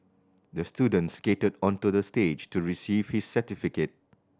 the student skated onto the stage to receive his certificate